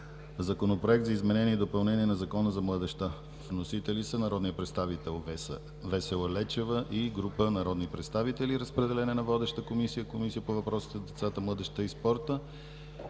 Законопроект за изменение и допълнение на Закона за младежта. Вносители са народният представител Весела Лечева и група народни представители. Водеща е Комисията по въпросите на децата, младежта и спорта.